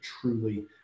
truly